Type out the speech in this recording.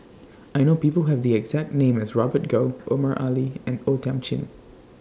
I know People Who Have The exact name as Robert Goh Omar Ali and O Thiam Chin